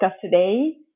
today